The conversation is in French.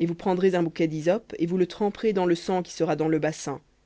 et vous prendrez un bouquet d'hysope et vous le tremperez dans le sang qui sera dans le bassin